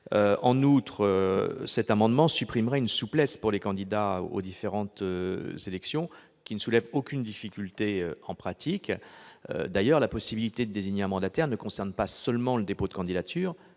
En outre, cet amendement supprimerait une souplesse pour les candidats aux différentes élections qui ne soulève aucune difficulté en pratique. D'ailleurs, la possibilité de désigner un mandataire ne concerne pas seulement le dépôt de candidature,